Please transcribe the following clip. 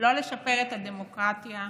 לשפר את הדמוקרטיה,